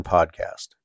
Podcast